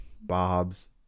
Bob's